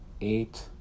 eight